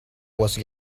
was